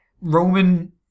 Roman